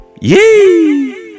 Yee